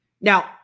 Now